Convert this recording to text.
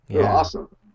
awesome